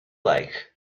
like